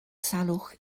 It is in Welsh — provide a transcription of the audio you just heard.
salwch